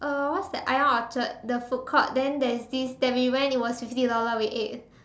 uh what's that Ion Orchard the food court then there is that we went it was fifty dollar we ate